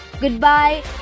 Goodbye